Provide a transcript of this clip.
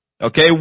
Okay